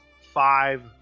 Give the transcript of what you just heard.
five